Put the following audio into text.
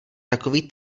takový